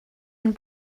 and